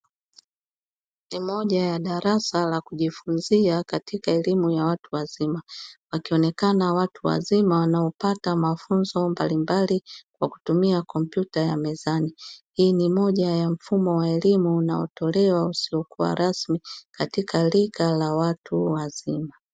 Ni moja ya darasa la kujifunzia katika elimu ya watu wazima, wakionekana watu wazima wanaopata mafunzo mbalimbali kwa kutumia kompyuta ya mezani hii ni moja ya mfumo wa elimu unaotolewa usiokuwa rasmi katika rika la watu wazima.